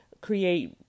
create